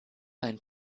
ein